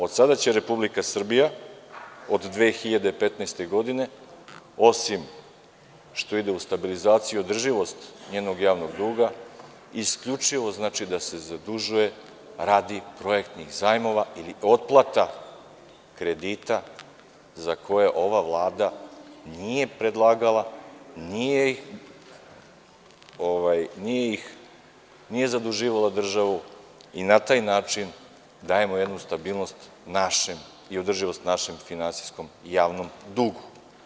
Od sada će Republika Srbija od 2015. godine, osim što ide u stabilizaciju i održivost njenog javnog duga, isključivo da se zadužuje radi projektnih zajmova ili otplata kredita za koje ova Vlada nije predlagala, nije zaduživala državu i na taj način dajemo jednu stabilnost i održivost našem finansijskom javnom dugu.